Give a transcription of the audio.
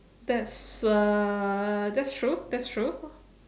that's uh that's true that's true